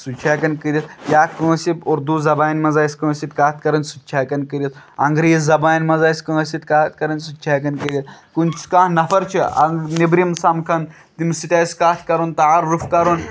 سُہ چھِ ہٮ۪کان کٔرِتھ یا کٲنٛسہِ اردو زبانہِ منٛز آسہِ کٲنٛسہِ سۭتۍ کَتھ کَرٕنۍ سُہ تہِ چھِ ہٮ۪کان کٔرتھ انٛگریٖز زبانہِ منٛز آسہِ کٲنسہِ سۭتۍ کَتھ کَرٕنۍ سُہ تہِ چھِ ہٮ۪کان کٔرتھ کُنہِ کانٛہہ نَفر چھُ نیٚبرِم سَمکھان تٔمِس سۭتۍ آسہِ کَتھ کَرُن تعارُف کَرُن